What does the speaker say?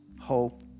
hope